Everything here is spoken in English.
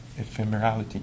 ephemerality